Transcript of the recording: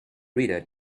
reader